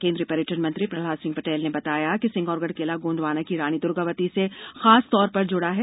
केंद्रीय पर्यटन मंत्री प्रहलाद सिंह पटेल ने बताया कि सिंगौरगढ़ किला गोंडवाना की रानी दूर्गावती से खास तौर पर जूड़ा है